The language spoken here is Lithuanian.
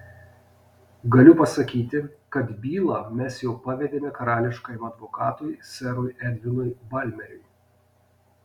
galiu pasakyti kad bylą mes jau pavedėme karališkajam advokatui serui edvinui balmeriui